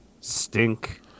Stink